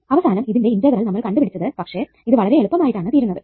അവസാനം ഇതിന്റെ ഇന്റഗ്രൽ നമ്മൾ കണ്ടുപിടിച്ചതു പക്ഷെ ഇത് വളരെ എളുപ്പമായിട്ടാണ് തീരുന്നതു